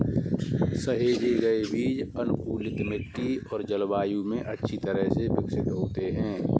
सहेजे गए बीज अनुकूलित मिट्टी और जलवायु में अच्छी तरह से विकसित होते हैं